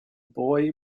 boy